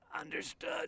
Understood